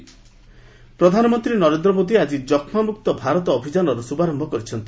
PM TB summit ପ୍ରଧାନମନ୍ତ୍ରୀ ନରେନ୍ଦ୍ର ମୋଦି ଆଜି ଯକ୍ଷ୍ମାମୁକ୍ତ ଭାରତ ଅଭିଯାନର ଶୁଭାରମ୍ଭ କରିଛନ୍ତି